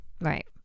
Right